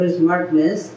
smartness